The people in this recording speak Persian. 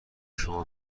شما